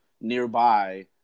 nearby